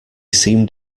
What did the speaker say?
seemed